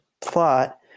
plot